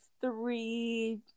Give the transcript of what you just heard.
three